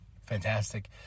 Fantastic